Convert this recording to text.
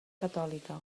catòlica